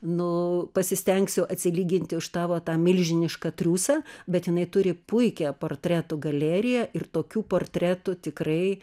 nu pasistengsiu atsilyginti už tavo tą milžinišką triūsą bet jinai turi puikią portretų galeriją ir tokių portretų tikrai